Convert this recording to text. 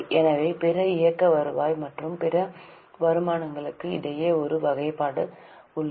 எனவே பிற இயக்க வருவாய் மற்றும் பிற வருமானங்களுக்கு இடையே ஒரு வகைப்பாடு உள்ளது